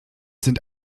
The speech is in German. sind